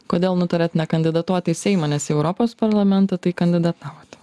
kodėl nutarėt nekandidatuot į seimą nes į europos parlamentą tai kandidatavot